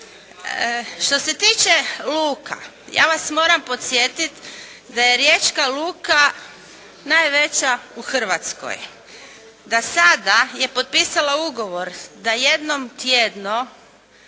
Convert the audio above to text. Što se tiče luka ja vas moram podsjetiti da je riječka luka najveća u Hrvatskoj. Da sada je potpisala ugovor da jednom tjedno